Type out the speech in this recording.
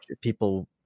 people